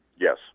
Yes